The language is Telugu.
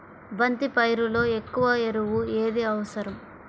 బంతి పైరులో ఎక్కువ ఎరువు ఏది అవసరం?